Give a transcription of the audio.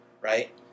right